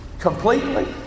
Completely